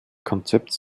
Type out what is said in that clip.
konzepts